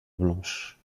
blanches